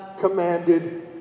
commanded